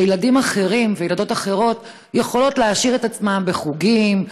כשילדים אחרים וילדות אחרות יכולים להעשיר את עצמם בחוגים,